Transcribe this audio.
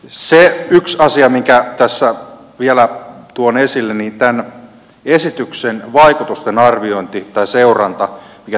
yksi asia minkä tässä vielä tuon esille on tämän esityksen vaikutusten arviointi tai seuranta joka täällä on otettu esille